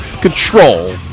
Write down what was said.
control